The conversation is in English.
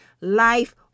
life